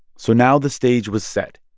so now the stage was set.